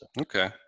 Okay